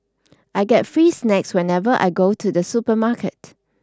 I get free snacks whenever I go to the supermarket